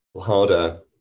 harder